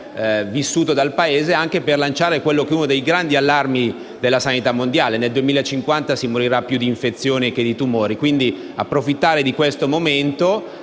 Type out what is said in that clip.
sentito dal Paese, anche per lanciare uno dei principali allarmi della sanità mondiale: nel 2050 si morirà più di infezioni che di tumori. Si potrebbe quindi approfittare di questo momento